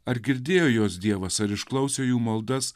ar girdėjo juos dievas ar išklausė jų maldas